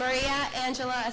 maria angela